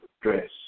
dress